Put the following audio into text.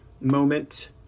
moment